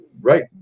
Right